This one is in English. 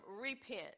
repent